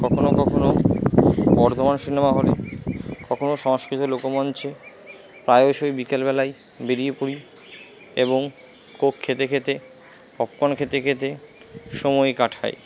কখনও কখনও বর্ধমান সিনেমা হলে কখনও সংস্কৃত লোকমঞ্চে প্রায়শই বিকেলবেলায় বেরিয়ে পড়ি এবং কোক খেতে খেতে পপকর্ন খেতে খেতে সময় কাটাই